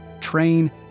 train